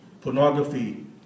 pornography